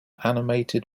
animated